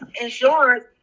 insurance